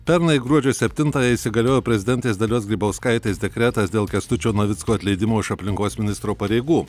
pernai gruodžio septintąją įsigaliojo prezidentės dalios grybauskaitės dekretas dėl kęstučio navicko atleidimo iš aplinkos ministro pareigų